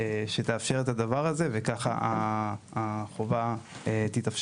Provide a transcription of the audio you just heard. שתאפשר את הדבר הזה, וככה החובה תתאפשר.